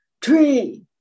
tree